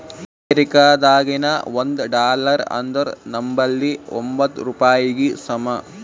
ಅಮೇರಿಕಾದಾಗಿನ ಒಂದ್ ಡಾಲರ್ ಅಂದುರ್ ನಂಬಲ್ಲಿ ಎಂಬತ್ತ್ ರೂಪಾಯಿಗಿ ಸಮ